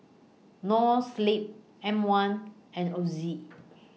Noa Sleep M one and Ozi